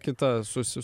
kita susi